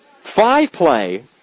Five-play